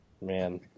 Man